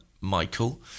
Michael